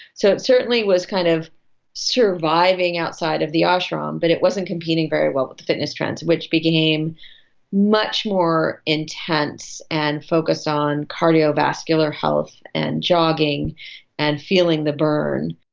so it certainly was kind of surviving outside of the ashram but it wasn't competing very well with fitness trends which became much more intense and focused on cardiovascular health and jogging and feeling the burn.